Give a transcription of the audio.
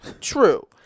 true